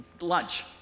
lunch